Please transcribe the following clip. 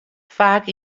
faak